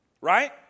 Right